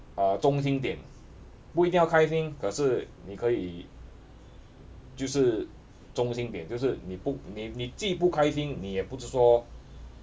uh 中心点不一定要开心可是你可以就是中心点就是你不你你既不开心你也不是说